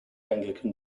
anglican